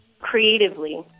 creatively